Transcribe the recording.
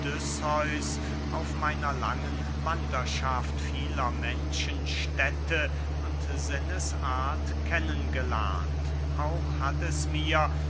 auf meiner langen wanderschaft vieler menschen städte und sinnesart kennen gelernt auch hat es mir